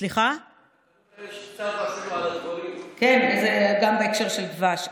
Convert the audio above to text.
יש צו, כן, זה גם בהקשר של דבש.